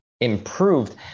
improved